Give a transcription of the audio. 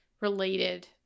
related